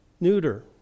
neuter